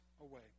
away